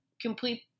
complete